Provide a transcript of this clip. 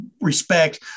respect